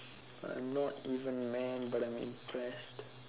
I'm not even mad but I'm impressed